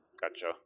Gotcha